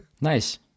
Nice